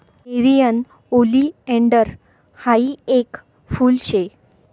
nerium oleander हायी येक फुल शे